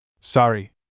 Sorry